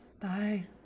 Bye